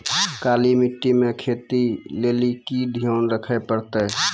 काली मिट्टी मे खेती लेली की ध्यान रखे परतै?